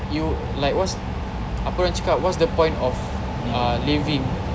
you like what's apa orang cakap what's the point of ah living